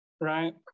right